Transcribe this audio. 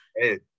hey